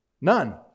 none